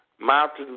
mountain